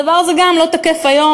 הדבר הזה גם לא תקף היום.